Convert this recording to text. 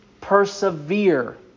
persevere